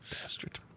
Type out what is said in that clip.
Bastard